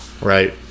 Right